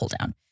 pulldown